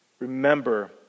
Remember